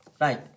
right